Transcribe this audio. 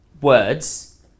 words